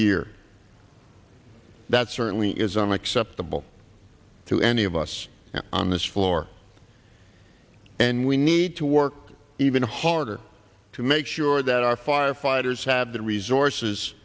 year that certainly isn't acceptable to any of us on this floor and we need to work even harder to make sure that our firefighters have the resources